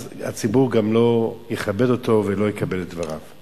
הציבור לא יכבד אותו ולא יקבל את דבריו.